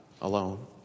alone